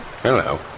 Hello